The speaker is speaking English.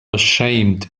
ashamed